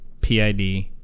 PID